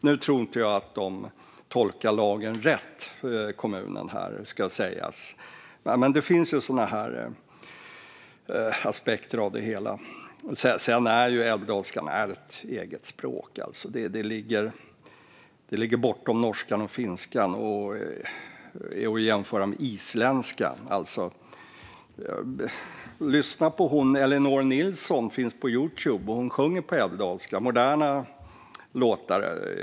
Nu tror inte jag att kommunen tolkade lagen rätt, ska sägas, men det finns sådana aspekter på det hela. Älvdalskan är ett eget språk. Det ligger bortom norskan och finskan och är att jämföra med isländskan. Lyssna på Ellinor Nilsson! Hon finns på Youtube, och hon sjunger moderna låtar på älvdalska.